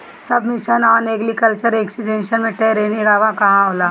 सब mission on agriculture extension मै training कहवा कहा होला?